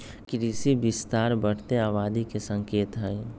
कृषि विस्तार बढ़ते आबादी के संकेत हई